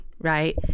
Right